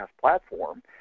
platform